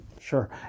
Sure